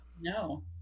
No